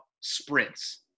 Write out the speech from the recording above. sprints